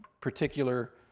particular